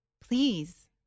Please